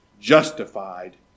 justified